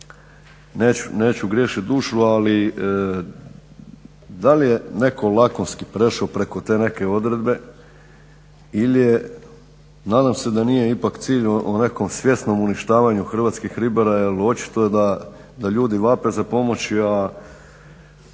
neću griješiti dušu ali da li je netko lakonski prešao preko te neke odredbe ili je, nadam se da nije ipak cilj o nekom svjesnom uništavanju hrvatskih ribara jer očito je da ljudi vape za pomoći.